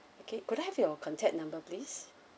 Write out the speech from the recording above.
okay could I have your contact number please